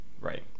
right